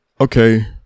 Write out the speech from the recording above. okay